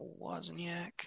Wozniak